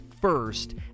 first